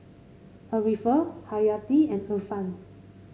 Arifa Haryati and Irfan